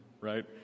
right